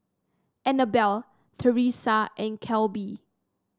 Anabelle Theresa and Kelby